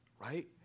Right